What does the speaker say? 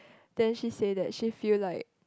then she say that she feel like